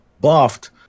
buffed